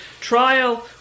trial